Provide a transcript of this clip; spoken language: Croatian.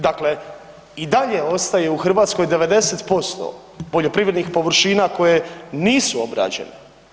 Dakle, i dalje ostaje u Hrvatskoj 90% poljoprivrednih površina koje nisu obrađene.